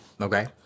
Okay